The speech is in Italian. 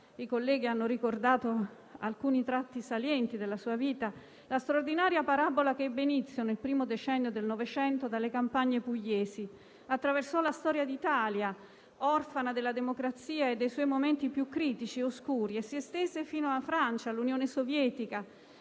i colleghi hanno ricordato alcuni tratti salienti della sua vita - la straordinaria parabola che ebbe inizio nel primo decennio del Novecento nelle campagne pugliesi: attraversò la storia d'Italia, orfana della democrazia, e i suoi momenti più critici e oscuri e si estese fino alla Francia e all'Unione Sovietica.